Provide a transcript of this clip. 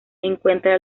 encuentra